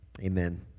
Amen